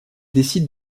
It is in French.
décide